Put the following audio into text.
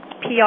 PR